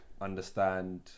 understand